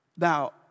Now